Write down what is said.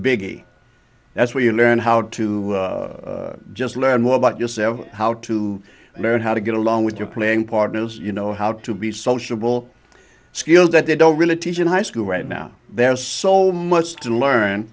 biggie that's where you learn how to just learn more about yourself how to learn how to get along with your playing partners you know how to be sociable skills that they don't really teach in high school right now there's so much to learn